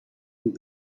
and